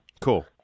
Cool